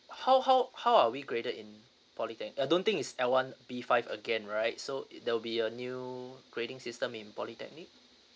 how how how are we graded in polytechnic I don't think is L one B five again right so it there will be a new grading system in polytechnic